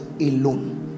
alone